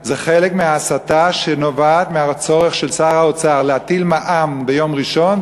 זה חלק מההסתה שנובעת מהצורך של שר האוצר להטיל מע"מ ביום ראשון,